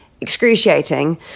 excruciating